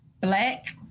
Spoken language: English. black